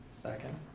second?